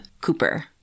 Cooper